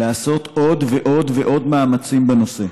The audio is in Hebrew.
לעשות עוד ועוד ועוד מאמצים בנושא.